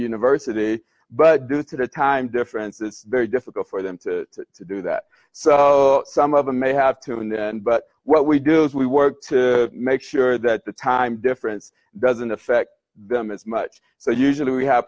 university but due to the time difference it's very difficult for them to do that so some of them may have to but what we do is we work to make sure that the time difference does didn't affect them as much so usually we have